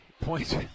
Points